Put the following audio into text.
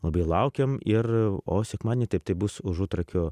labai laukiam ir o sekmadienį taip tai bus užutrakio